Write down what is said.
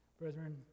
Brethren